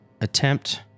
attempt